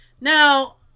Now